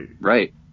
right